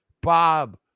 Bob